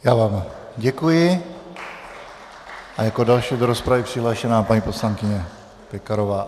Já vám děkuji a jako další do rozpravy je přihlášená paní poslankyně Pekarová.